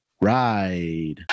ride